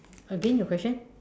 again your question